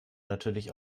natürlich